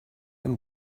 and